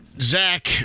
Zach